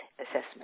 assessment